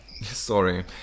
Sorry